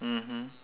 mmhmm